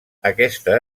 aquesta